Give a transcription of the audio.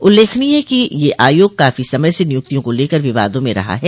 उल्लेखनीय है कि यह आयोग काफी समय से नियुक्तियों को लेकर विवादों में रहा है